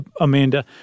Amanda